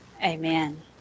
Amen